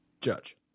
Judge